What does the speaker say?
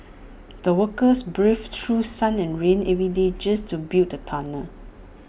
the workers braved through sun and rain every day just to build the tunnel